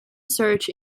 surge